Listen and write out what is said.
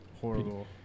Horrible